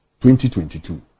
2022